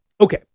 Okay